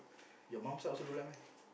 your mum side also don't like meh